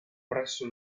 presso